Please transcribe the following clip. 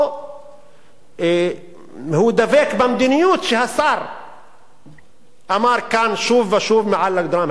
או הוא דבק במדיניות שהשר אמר כאן שוב ושוב מעל הדוכן?